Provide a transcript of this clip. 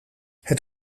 het